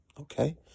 Okay